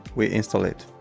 we install it.